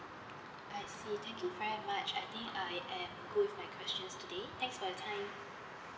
I see thank you very much I think I am good with my questions today thanks for your time